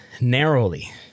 narrowly